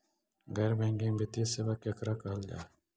गैर बैंकिंग वित्तीय सेबा केकरा कहल जा है?